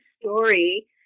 story